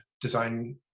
design